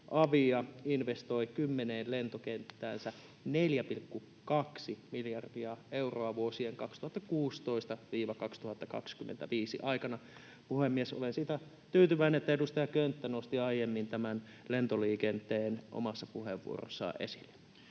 Swedavia investoi kymmeneen lentokenttäänsä 4,2 miljardia euroa vuosien 2016–2025 aikana. Puhemies, olen siitä tyytyväinen, että edustaja Könttä nosti aiemmin tämän lentoliikenteen omassa puheenvuorossaan esille.